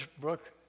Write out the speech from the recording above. Brooke